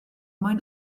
mwyn